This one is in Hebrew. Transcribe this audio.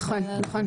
ממש ככה, נכון.